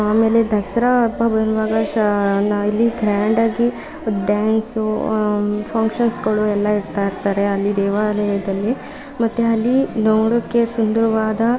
ಆಮೇಲೆ ದಸ್ರಾ ಹಬ್ಬ ಬರುವಾಗ ಸ ಇಲ್ಲಿ ಗ್ರ್ಯಾಂಡಾಗಿ ಡ್ಯಾನ್ಸು ಫಂಕ್ಷನ್ಸುಗಳು ಎಲ್ಲ ಇಡ್ತಾ ಇರ್ತಾರೆ ಅಲ್ಲಿ ದೇವಾಲಯದಲ್ಲಿ ಮತ್ತು ಅಲ್ಲಿ ನೋಡೋಕೆ ಸುಂದರವಾದ